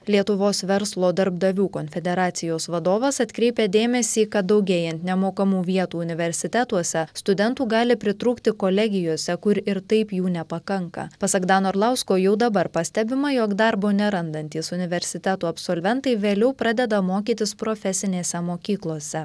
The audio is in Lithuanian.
lietuvos verslo darbdavių konfederacijos vadovas atkreipia dėmesį kad daugėjant nemokamų vietų universitetuose studentų gali pritrūkti kolegijose kur ir taip jų nepakanka pasak dano arlausko jau dabar pastebima jog darbo nerandantys universitetų absolventai vėliau pradeda mokytis profesinėse mokyklose